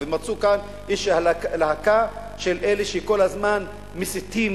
ומצאו כאן להקה של אלה שכל הזמן מסיתים